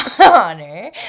honor